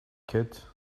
could